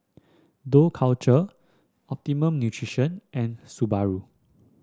Dough Culture Optimum Nutrition and Subaru